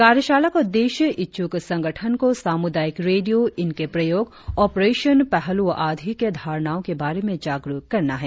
कार्यशाला का उद्देश्य इच्छुक संगठन को सामुदायिक रेडियों इनके प्रयोग ऑपरेशन पहलुओं आदि के धारणाओं के बारे में जागरुक करना है